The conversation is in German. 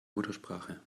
muttersprache